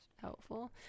helpful